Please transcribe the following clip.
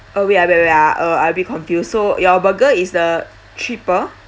uh wait ah wait ah uh I a bit confused so your burger is the triple